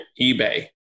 eBay